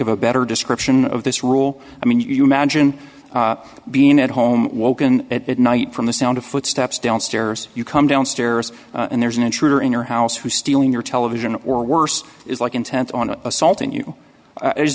of a better description of this rule i mean if you imagine being at home woken at night from the sound of footsteps downstairs you come downstairs and there's an intruder in your house who's stealing your television or worse is like intent on assaulting you